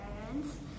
parents